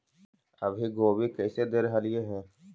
अभी गोभी कैसे दे रहलई हे?